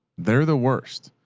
they're the worst.